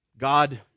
God